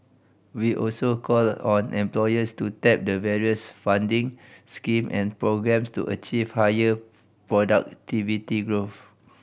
we also call on employers to tap the various funding scheme and programmes to achieve higher productivity growth